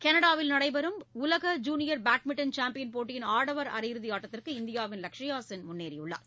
கனடாவில் நடைபெறும் உலக ஜூனியர் பேட்மிண்டன் சாம்பியன் போட்டியின் ஆடவர் அரையிறுதி ஆட்டத்திற்கு இந்தியாவின் லக்ஷயா சென் முன்னேறியுள்ளார்